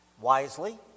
wisely